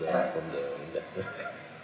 the from the investment